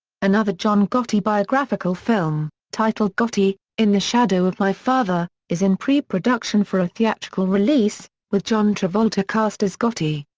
another john gotti biographical film, titled gotti in the shadow of my father, is in pre-production for a theatrical release, with john travolta cast as gotti.